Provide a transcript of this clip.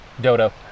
dodo